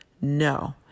No